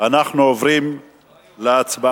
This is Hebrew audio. אנחנו עוברים להצבעה